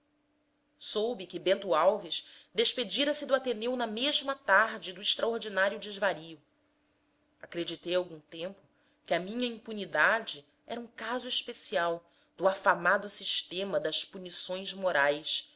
soube que bento alves despedira se do ateneu na mesma tarde do extraordinário desvario acreditei algum tempo que a minha impunidade era um caso especial do afamado sistema das punições morais